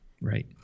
Right